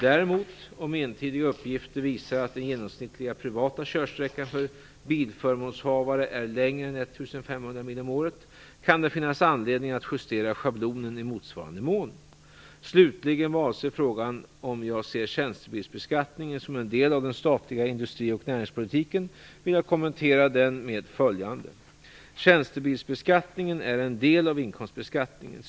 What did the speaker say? Däremot, om entydiga uppgifter visar att den genomsnittliga privata körsträckan för bilförmånshavare är längre än 1 500 mil om året, kan det finnas anledning att justera schablonen i motsvarande mån. Slutligen vad avser frågan om jag ser tjänstebilsbeskattningen som en del av den statliga industri och näringspolitiken vill jag kommentera den med följande. Tjänstebilsbeskattningen är en del av inkomstbeskattningen.